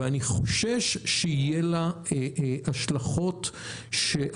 ואני חושש שיהיו להן השלכות לא טובות.